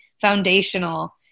foundational